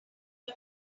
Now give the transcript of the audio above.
put